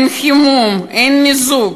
אין חימום, אין מיזוג,